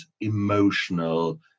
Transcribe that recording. emotional